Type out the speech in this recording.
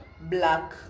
black